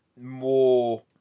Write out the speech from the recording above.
more